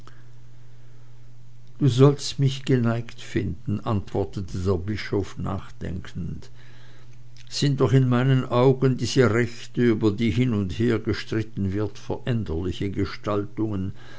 du sollst mich geneigt finden antwortete der bischof nachdenkend sind doch in meinen augen diese rechte über die hin und her gestritten wird veränderliche gestaltungen